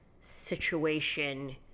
situation